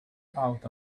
out